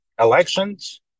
Elections